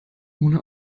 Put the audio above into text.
ohne